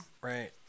right